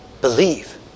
believe